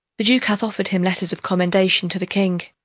the duke hath offered him letters of commendations to the king.